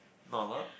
normal